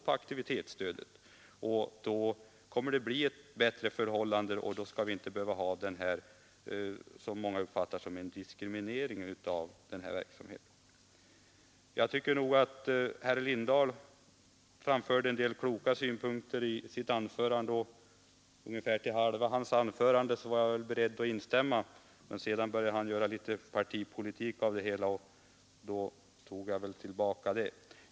Då kommer det att bli ett bättre förhållande, och då skall vi inte behöva ha vad många uppfattar som en diskriminering av den här verksamheten. Herr Lindahl framförde en del kloka synpunkter i sitt anförande, och jag var väl beredd att instämma i ungefär halva hans anförande. Men sedan började han göra litet partipolitik av det hela, och då tar jag nog tillbaka mitt instämmande.